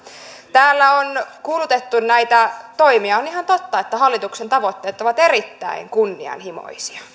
täällä on kuulutettu näitä toimia on ihan totta että hallituksen tavoitteet ovat erittäin kunnianhimoisia